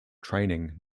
training